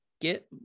get